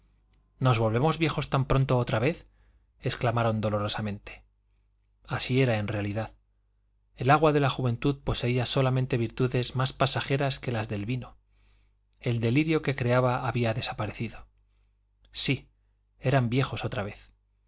nos volvemos viejos tan pronto otra vez exclamaron dolorosamente así era en realidad el agua de la juventud poseía solamente virtudes más pasajeras que las del vino el delirio que creaba había desaparecido sí eran viejos otra vez